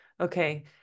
Okay